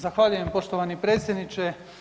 Zahvaljujem poštovani predsjedniče.